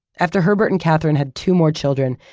after herbert and katherine had two more children,